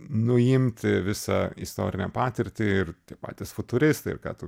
nuimti visą istorinę patirtį ir tie patys futuristai ir ką tu